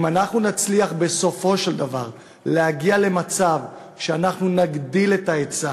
אם אנחנו נצליח בסופו של דבר להגיע למצב שאנחנו נגדיל את ההיצע,